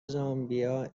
زامبیا